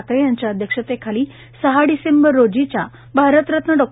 ठाकरे यांच्या अध्यक्षतेखाली सहा डिसेंबर रोजीच्या भारतरत्न डॉ